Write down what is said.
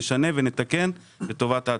נשנה ונתקן לטובת העצמאים.